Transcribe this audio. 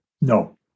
no